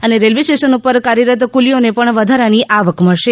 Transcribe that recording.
અને railway station ઉપર કાર્યરત કુલીયોને પણ વધારાની આવક મળશે